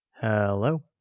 Hello